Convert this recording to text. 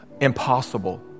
Impossible